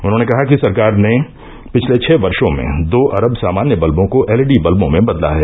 उन्होंने कहा कि सरकार ने पिछले छह वर्षो में दो अरब सामान्य बत्बों को एलईडी बत्बों में बदला है